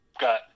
got